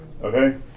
okay